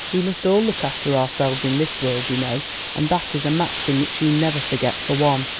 we must all look after ourselves in this world, you know and that is a maxim which you never forget, for one.